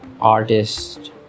artist